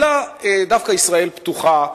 אלא דווקא ישראל פתוחה,